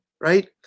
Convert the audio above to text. right